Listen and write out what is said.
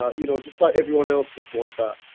ah you know just like everyone else would want that.